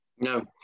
No